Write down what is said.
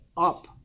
Up